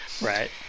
right